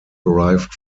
arrived